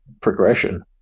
progression